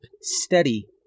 steady